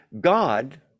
god